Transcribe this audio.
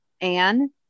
Anne